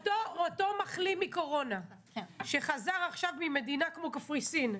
אותו מחלים מקורונה שחזר עכשיו ממדינה כמו קפריסין,